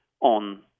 on